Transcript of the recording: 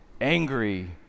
Angry